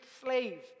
slave